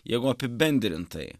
jeigu apibendrintai